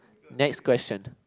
next question